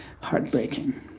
heartbreaking